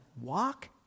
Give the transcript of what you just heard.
walk